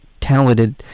talented